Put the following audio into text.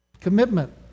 Commitment